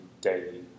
Day